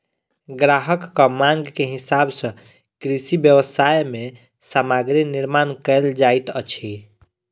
ग्राहकक मांग के हिसाब सॅ कृषि व्यवसाय मे सामग्री निर्माण कयल जाइत अछि